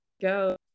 go